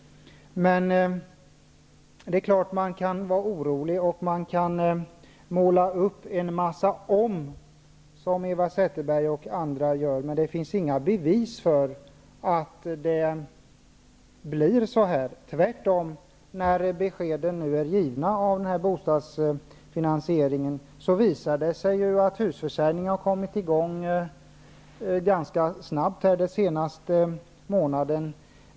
Det är klart att man kan vara orolig och att man kan måla upp en massa ''om'', som Eva Zetterberg och andra gör. Men det finns inga bevis för att det kommer att bli så. Tvärtom! Beskeden om bostadsfinansieringen är givna, och det har visat sig att husförsäljningarna har kommit i gång ganska snabbt den senaste månaden.